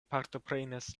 partoprenis